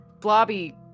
blobby